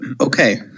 Okay